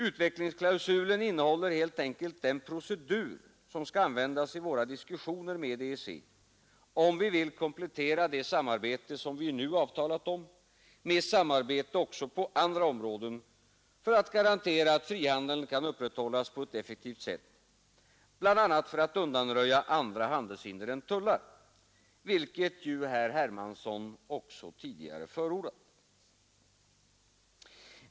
Utvecklingsklausulen innehåller helt enkelt reglerna för den procedur, som skall användas vid våra diskussioner med EEC, om vi vill komplettera det nu avtalade samarbetet med ett samarbete även på andra områden för att garantera att frihandeln kan upprätthållas på ett effektivt sätt, bl.a. för att undanröja andra handelshinder än tullar, vilket ju också herr Hermansson tidigare har förordat.